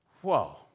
Whoa